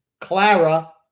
Clara